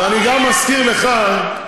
ואני מזכיר לכם,